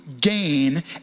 gain